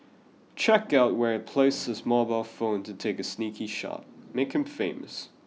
check out where he place his mobile phone to take a sneaky shot make him famous